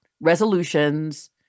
resolutions